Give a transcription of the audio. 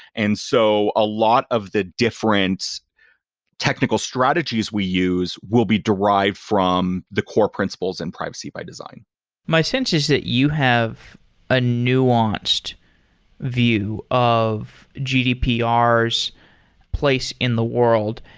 and so a lot of the different technical strategies we use will be derived from the core principles and privacy by design my sense is that you have an ah nuanced view of gdpr's place in the world,